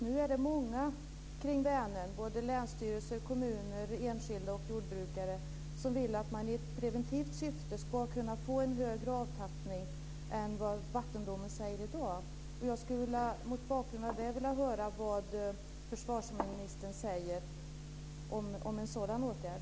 Nu är det många kring Vänern, såväl länsstyrelser och kommuner som enskilda och jordbrukare, som vill att man i preventivt syfte ska kunna få en större avtappning än vad vattendomen säger i dag. Mot bakgrund av det skulle jag vilja höra vad försvarsministern säger om en sådan åtgärd.